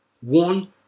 One